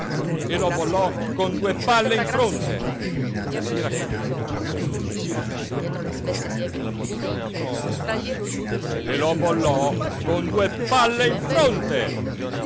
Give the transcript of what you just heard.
e lo bollò con due palle in fronte si raccoglieva ci ripensava un po e poi di nuovo e lo bollò con due palle in fronte